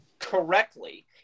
correctly